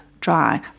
dry